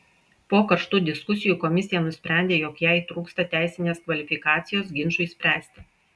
po karštų diskusijų komisija nusprendė jog jai trūksta teisinės kvalifikacijos ginčui spręsti